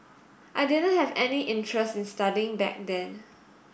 I didn't have any interest in studying back then